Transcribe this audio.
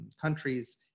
countries